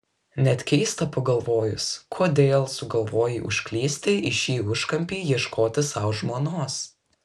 net keista pagalvojus kodėl sugalvojai užklysti į šį užkampį ieškoti sau žmonos